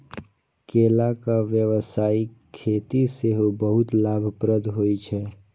केलाक व्यावसायिक खेती सेहो बहुत लाभप्रद होइ छै